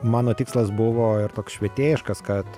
mano tikslas buvo ir toks švietėjiškas kad